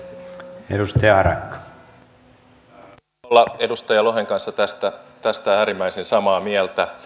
olen ilolla edustaja lohen kanssa tästä äärimmäisen samaa mieltä